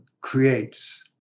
creates